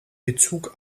bezug